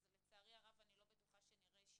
אז לצערי הרבה אני לא בטוחה שנראה שינוי.